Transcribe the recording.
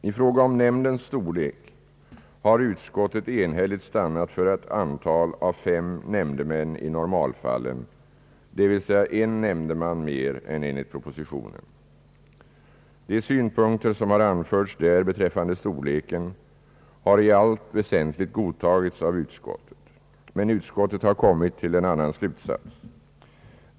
I fråga om nämndens storlek har utskottet enhälligt stannat för ett antal av fem nämndemän i normalfallen, d.v.s. en nämndeman mer än enligt propositionen. De synpunkter som har anförts där beträffande storleken har i allt väsentligt godtagits av utskottet. Men utskottet har kommit till en annan slutsats.